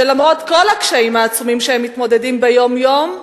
שלמרות כל הקשיים העצומים שהם מתמודדים עמם ביום-יום,